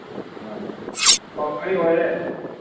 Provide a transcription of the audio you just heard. ꯑ ꯑꯣ ꯀꯔꯤ ꯑꯣꯏꯔꯦ